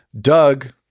Doug